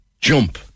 jump